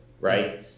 right